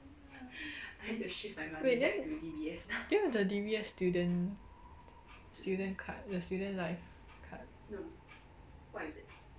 wait then do you have the D_B_S student student card the student life card